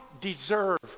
deserve